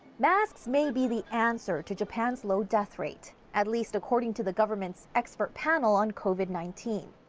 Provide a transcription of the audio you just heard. masks may be the answer to japan's low death rate, at least according to the government's expert panel on covid nineteen,